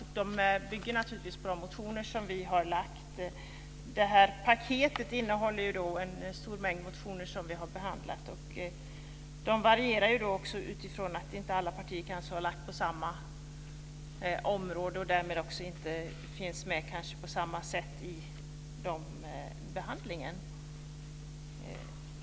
De bygger på de motioner som vi har lagt. Det här paketet innehåller en stor mängd motioner som vi har behandlat. De varierar utifrån att alla partier kanske inte har lagt motioner på samma område som därmed inte finns med på samma sätt i behandlingen.